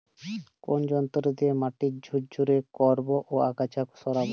কোন যন্ত্র দিয়ে মাটি ঝুরঝুরে করব ও আগাছা সরাবো?